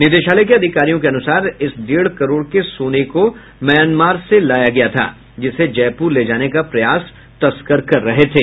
निदेशालय के अधिकारियों के अनुसार इस डेढ़ करोड़ के सोना को म्यांमार से लाया गया था जिसे जयपुर ले जाने का प्रयास तस्कर कर रहे थे